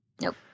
Nope